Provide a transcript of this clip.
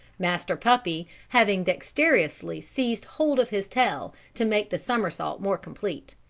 master puppy having dexterously seized hold of his tail to make the somersault more complete.